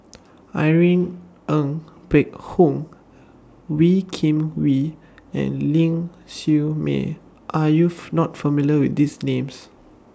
Irene Ng Phek Hoong Wee Kim Wee and Ling Siew May Are YOU not familiar with These Names